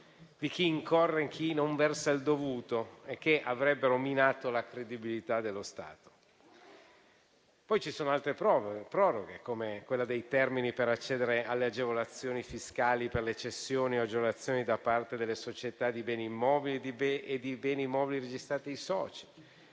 chi invece non versa il dovuto e che avrebbero minato la credibilità dello Stato. Poi ci sono altre proroghe, come quella dei termini per accedere alle agevolazioni fiscali per le cessioni o agevolazioni da parte delle società di beni immobili e di beni mobili registrati ai soci.